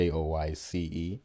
Joyce